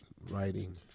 writing